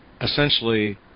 Essentially